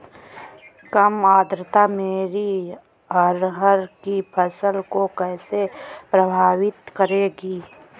कम आर्द्रता मेरी अरहर की फसल को कैसे प्रभावित करेगी?